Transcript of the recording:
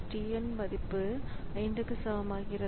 t n மதிப்பு 5 க்கு சமமாகிறது